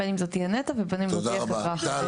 בין אם זו תהיה נת"ע ובין אם זו תהיה חברה אחרת.